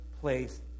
place